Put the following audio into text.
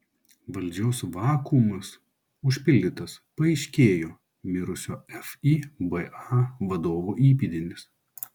valdžios vakuumas užpildytas paaiškėjo mirusio fiba vadovo įpėdinis